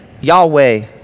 Yahweh